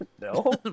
no